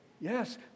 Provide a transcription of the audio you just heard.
Yes